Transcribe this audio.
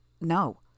no